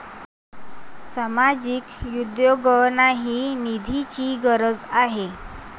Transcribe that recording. सामाजिक उद्योगांनाही निधीची गरज आहे